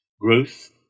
Growth